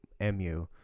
MU